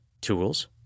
Tools